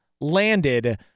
landed